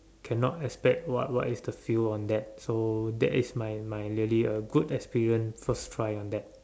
cannot expect what what is the feel on that so that is my my really a good experience first try on that